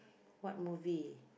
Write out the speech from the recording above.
what movie